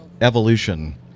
evolution